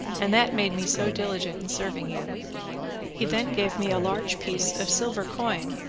and that made me so diligent in serving you he then gave me a large piece of silver coin,